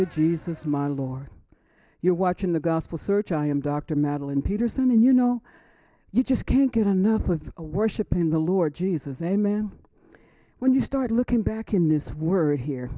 did jesus my lord you're watching the gospel search i am dr madeline peterson and you know you just can't get enough of a worship in the lord jesus and a man when you start looking back in this word here